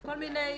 כל מיני,